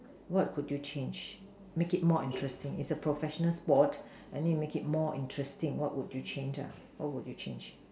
what could you change make it more interesting it's a professional sport and then you make it more interesting what could you change lah what would you change